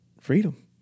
freedom